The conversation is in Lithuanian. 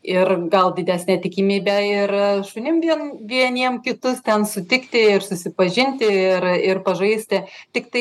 ir gal didesnę tikimybę ir šunim vien vieniems kitus ten sutikti ir susipažinti ir ir pažaisti tiktai